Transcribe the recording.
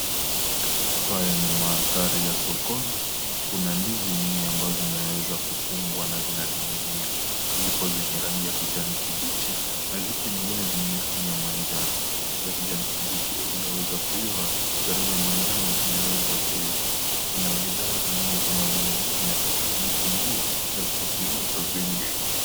Haya ni mandhari ya sokoni. Kuna ndizi nyingi ambazo zinaweza kufungwa na zinaning'inia. Zipo zenye rangi ya kijani kibichi, na zipo nyingine zenye rangi ya manjano. Za kijani kibichi hazijaweza kuiva, za rangi ya manjano zimeweza kuiva. Kuna bidhaa zingine kama vile nyanya, vitunguu na vitu vingine vingi.